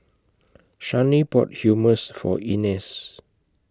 Shani bought Hummus For Ines